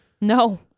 No